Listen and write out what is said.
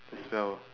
as well